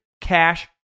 Cash